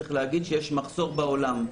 צריך להבין שיש מחסור בעולם.